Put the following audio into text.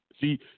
See